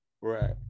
Right